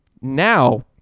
Now